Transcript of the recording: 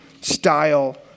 style